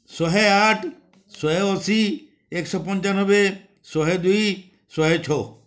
ଶହେ ଆଠ ଶହେ ଅଶି ଏକଶହ ପଞ୍ଚାନବେ ଶହେ ଦୁଇ ଶହେ ଛଅ